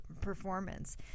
performance